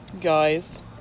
Guys